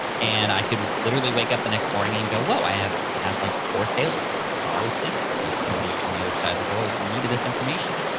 and i could literally wake up the next morning and go, whoa, i had, like, four sales while i was sleeping cause somebody on the other side of the world needed this information.